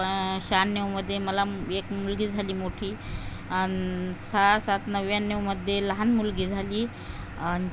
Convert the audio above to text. पा शहाण्णऊमध्ये मला एक मुलगी झाली मोठी आणि सहा सात नव्याण्णवमध्ये लहान मुलगी झाली आणि